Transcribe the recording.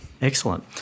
Excellent